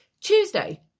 Tuesday